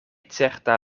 certa